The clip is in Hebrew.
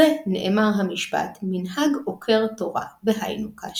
החלאקה – כולל גילוח ראש הילד והשארת הפאות,